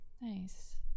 Nice